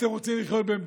אתם רוצים לחרב.